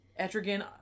Etrigan